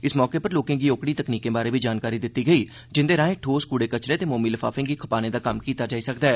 इस मौके उप्पर लोकें गी ओकड़ी तकनीकें बारै बी जानकारी दित्ती गेई जिंदे राएं ठोस कूड़े कर्कट ते मोमी लफाफें गी खपाने दा कम्म कीता जाई सकदा ऐ